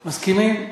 מסכימים?